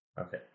Okay